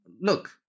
Look